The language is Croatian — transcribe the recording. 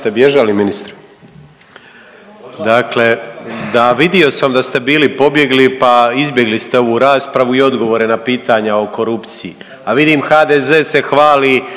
Hvala vam